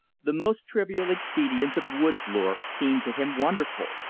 the most trivial expedients of woods lore seemed to him wonderful.